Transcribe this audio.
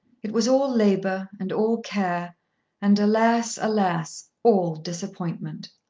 it was all labour, and all care and, alas, alas, all disappointment!